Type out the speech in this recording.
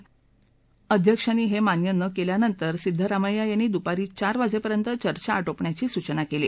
दुपारी अध्यक्षांनी हे मान्य न केल्यानंतर सिद्धरामय्या यांनी दुपारी चार वाजेपर्यंत चर्चा आटपण्याची सूचना केली